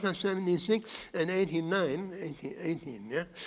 um seventy six and eighty nine eighteen yeah.